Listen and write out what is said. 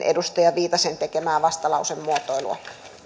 edustaja viitasen tekemää vastalausemuotoilua